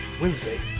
Wednesdays